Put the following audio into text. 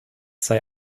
sei